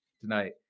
tonight